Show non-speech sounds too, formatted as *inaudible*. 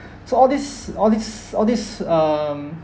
*breath* so all these all these all these um